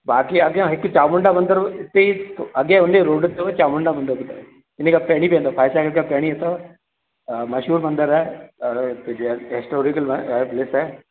बाक़ी अॻियां हिकु चामुण्डा मंदिर इते ई अॻिए वञी रोड ते चामुण्डा मंदिर अथव इनखां पहिरी पवण्दव फाय सागर खां पहिरीं अथव अ मशहूर मंदिर आहे और ऐश्वर्य जे लाइ